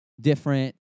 different